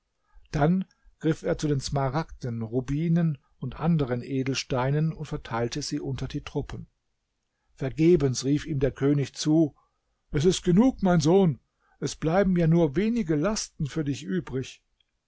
dann griff er zu den smaragden rubinen und anderen edelsteinen und verteilte sie unter die truppen vergebens rief ihm der könig zu es ist genug mein sohn es bleiben ja nur wenige lasten für dich übrig